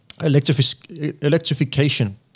electrification